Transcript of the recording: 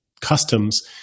Customs